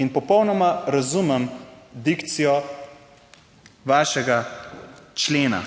in popolnoma razumem dikcijo vašega člena,